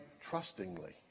trustingly